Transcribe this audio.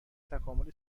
تکامل